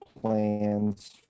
plans